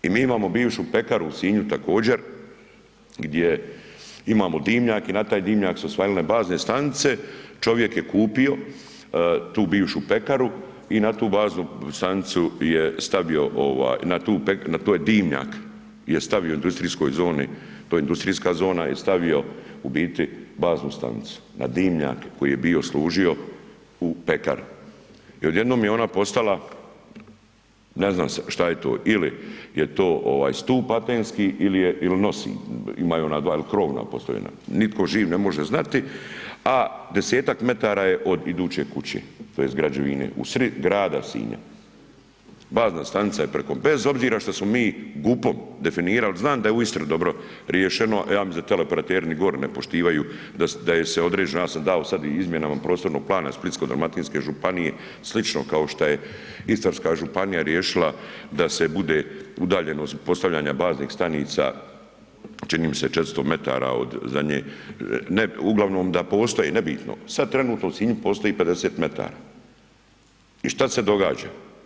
I mi imamo bivšu pekaru u Sinju također gdje imamo dimnjak i na taj dimnjak su osvanule bazne stanice, čovjek je kupio tu bivšu pekaru i na tu baznu stanicu je stavio ovaj, na taj dimnjak je stavio u industrijskoj zoni, to je industrijska zona, je stavio u biti baznu stanicu, na dimnjak koji je bio služio u pekari i odjednom je ona postala ne zna se šta je to ili je to ovaj stup atenski ili je il nosi, imaju ona dva il krovna … [[Govornik se ne razumije]] nitko živ ne može znati, a desetak metara je od iduće kuće tj. građevine u srid grada Sinja, bazna stanica je preko bez obzira što smo mi GUP-om definirali, znan da je u Istri dobro riješeno, ja mislim da teleoperateri ni gori ne poštivaju, da je se … [[Govornik se ne razumije]] ja sam dao sad i izmjenama prostornog plana Splitsko-dalmatinske županije slično kao šta je Istarska županija riješila da se bude udaljeno od postavljanja baznih stanica čini mi se 400 metara od zadnje, ne uglavnom da postoji, nebitno, sad trenutno u Sinju postoji 50 metara i šta se događa?